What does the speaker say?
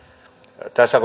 tässä